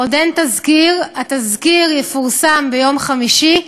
עוד אין תזכיר, התזכיר יפורסם ביום חמישי.